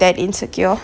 that insecure